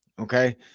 Okay